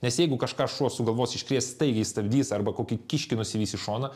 nes jeigu kažką šuo sugalvos iškrės staigiai stabdys arba kokį kiškį nusivys į šoną